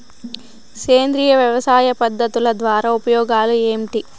సేంద్రియ వ్యవసాయ పద్ధతుల ద్వారా ఉపయోగాలు ఏంటి?